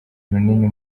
runini